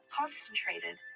concentrated